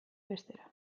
bestera